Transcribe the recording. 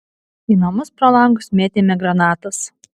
į namus pro langus mėtėme granatas